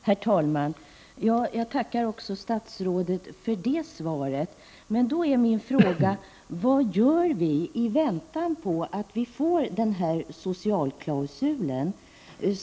Herr talman! Jag tackar statsrådet också för det svaret. Men då är min fråga: Vad gör vi i väntan på att vi får till stånd en sådan socialklausul?